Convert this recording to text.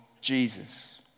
Jesus